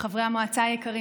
חברי המועצה היקרים,